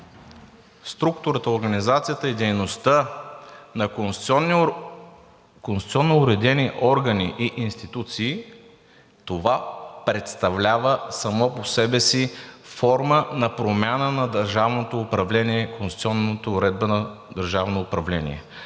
структурата, организацията и дейността на конституционно уредени органи и институции, това представлява само по себе си форма на промяна на държавното управление, конституционната уредба на държавно управление.